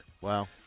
Wow